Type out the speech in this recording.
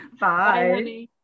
Bye